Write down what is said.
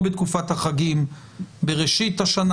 לא בתקופת החגים בראשית השנה